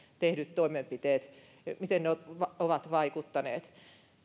tehdyt toimenpiteet ovat vaikuttaneet